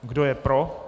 Kdo je pro?